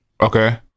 Okay